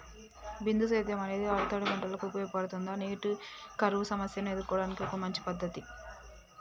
బిందు సేద్యం అనేది ఆరుతడి పంటలకు ఉపయోగపడుతుందా నీటి కరువు సమస్యను ఎదుర్కోవడానికి ఒక మంచి పద్ధతి?